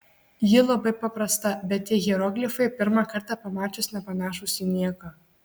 ji labai paprasta bet tie hieroglifai pirmą kartą pamačius nepanašūs į nieką